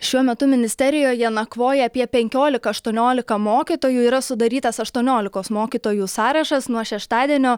šiuo metu ministerijoje nakvoja apie penkiolika aštuoniolika mokytojų yra sudarytas aštuoniolikos mokytojų sąrašas nuo šeštadienio